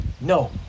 no